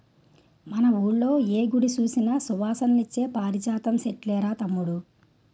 మన వూళ్ళో ఏ గుడి సూసినా సువాసనలిచ్చే పారిజాతం సెట్లేరా తమ్ముడూ